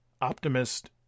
optimist